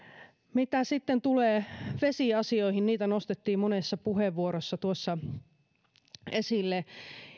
mitä sitten tulee vesiasioihin niitä nostettiin monessa puheenvuorossa tuossa esille